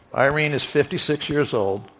irene is fifty six years old.